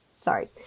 Sorry